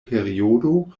periodo